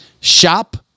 Shop